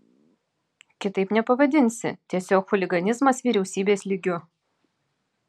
kitaip nepavadinsi tiesiog chuliganizmas vyriausybės lygiu